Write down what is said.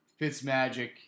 Fitzmagic